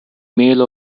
male